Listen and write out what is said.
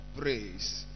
praise